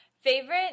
favorite